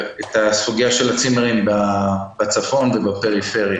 סוגיית הצימרים בצפון ובפריפריה.